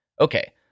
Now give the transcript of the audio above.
Okay